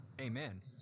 amen